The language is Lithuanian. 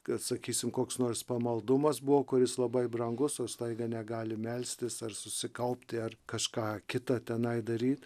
kad sakysim koks nors pamaldumas buvo kuris labai brangus o staiga negali melstis ar susikaupti ar kažką kita tenai daryt